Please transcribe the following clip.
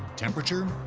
temperature,